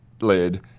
lid